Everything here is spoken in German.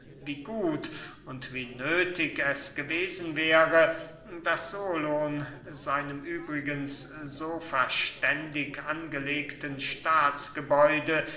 wie gut und wie nöthig es gewesen wäre daß solon seinem übrigens so verständig angelegten staatsgebäude